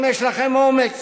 אם יש לכם אומץ